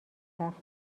رفت